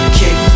kick